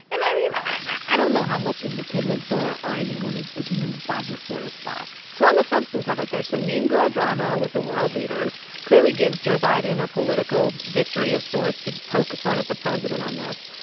and i mean, i don't know how much independents or or anyone is is moved by this sort of stuff so on the substance of it, there's some mean girl drama with the world leaders clearly gives joe biden a political victory of sorts to poke fun at the president on this.